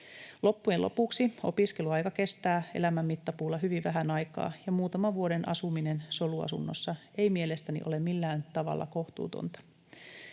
Loppujen lopuksi opiskeluaika kestää elämän mittapuulla hyvin vähän aikaa, ja muutaman vuoden asuminen soluasunnossa ei mielestäni ole millään tavalla kohtuutonta.